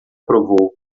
provou